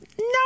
No